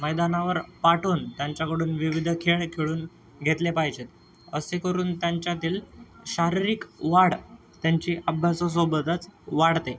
मैदानावर पाठवून त्यांच्याकडून विविध खेळ खेळून घेतले पाहिजेत असे करून त्यांच्यातील शारीरिक वाढ त्यांची अभ्यासासोबतच वाढते